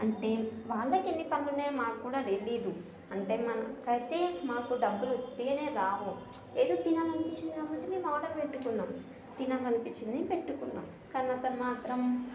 అంటే వాళ్ళకి ఎన్ని పనులు ఉన్నాయో మాకు కూడా తెలియదు అంటే మనకి అయితే మాకు డబ్బులు ఉత్తిగానే రావు ఏదో తినాలనిపించింది కాబట్టి మేము ఆర్డర్ పెట్టుకున్నాము తినాలనిపించింది పెట్టుకున్నా కానీ అతను మాత్రం